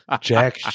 Jack